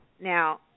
now